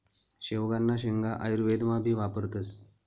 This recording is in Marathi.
शेवगांना शेंगा आयुर्वेदमा भी वापरतस